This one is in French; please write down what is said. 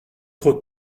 trop